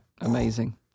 amazing